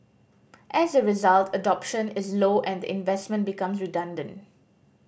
as a result adoption is low and the investment becomes redundant